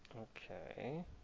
Okay